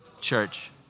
church